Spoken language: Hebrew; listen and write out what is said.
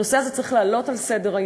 הנושא הזה צריך לעלות לסדר-היום.